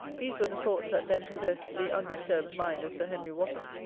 these were the thoughts that then possessed the undisturbed mind of sir henry wotton.